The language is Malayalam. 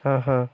ആഹാ